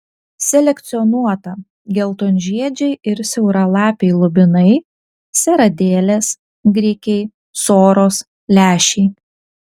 selekcionuota geltonžiedžiai ir siauralapiai lubinai seradėlės grikiai soros lęšiai